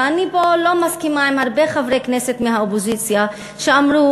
ופה אני לא מסכימה עם הרבה חברי כנסת מהאופוזיציה שאמרו